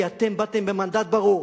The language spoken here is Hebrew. כי באתם במנדט ברור,